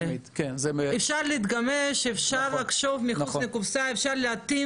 אפשר להתגמש, אפשר לחשוב מחוץ לקופסה, אפשר להתאים